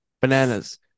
Bananas